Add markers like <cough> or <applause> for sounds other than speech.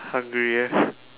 hungry eh <breath>